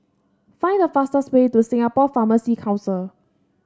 find the fastest way to Singapore Pharmacy Council